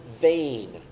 vain